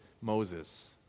Moses